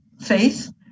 faith